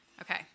Okay